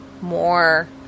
more